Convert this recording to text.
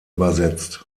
übersetzt